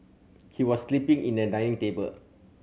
he was sleeping in a dining table